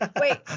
Wait